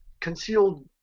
concealed